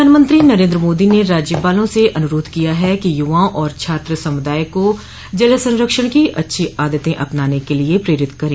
प्रधानमंत्री नरेन्द्र मोदी ने राज्यपालों से अनुरोध किया है कि युवाओं और छात्र समुदाय को जल सरंक्षण की अच्छी आदतें अपनाने के लिए प्रेरित करें